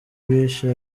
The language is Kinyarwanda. bishe